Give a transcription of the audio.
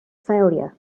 failure